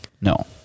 No